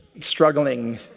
struggling